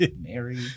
Mary